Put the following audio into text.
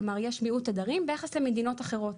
כלומר יש מיעוט תדרים ביחס למדינות אחרות,